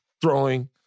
throwing